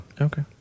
Okay